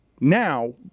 now